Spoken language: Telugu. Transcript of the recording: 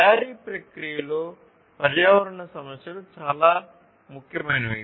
తయారీ ప్రక్రియలో పర్యావరణ సమస్యలు చాలా ముఖ్యమైనవి